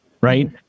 right